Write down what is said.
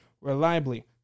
Reliably